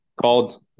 called